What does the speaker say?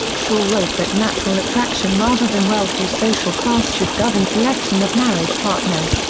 shaw wrote that natural attraction rather than wealth or social class should govern selection of marriage partners,